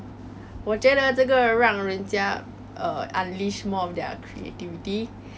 selling stuff right now like home businesses you know that